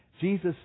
Jesus